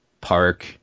park